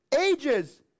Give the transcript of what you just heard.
ages